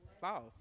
false